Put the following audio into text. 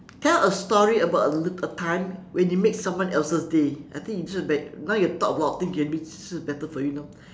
tell a story about a little a time when you made someone else's day I think this one like now you can talk about a lot of things you can be better for you now